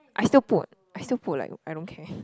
I still put I still put like I don't care